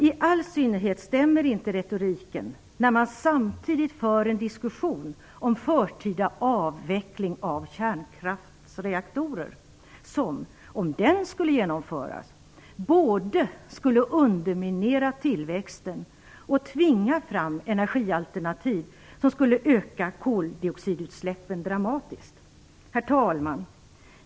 I all synnerhet stämmer inte retoriken när man samtidigt för en diskussion om förtida avveckling av kärnkraftsreaktorer som, om det skulle genomföras, skulle både underminera tillväxten och tvinga fram energialternativ som skulle öka koldioxidutsläppen dramatiskt. Herr talman!